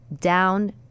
down